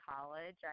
college